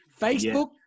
Facebook